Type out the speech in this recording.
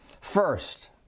First